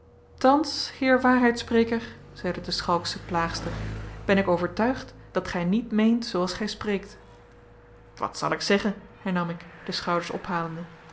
thans heer waarheidspreker zeide de schalksche plaagster ben ik overtuigd dat gij niet meent zooals gij spreekt wat zal ik zeggen hernam ik de schouders ophalende